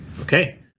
Okay